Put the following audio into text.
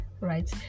Right